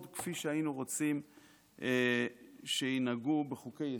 כפי שהיינו רוצים שינהגו בחוקי-יסוד.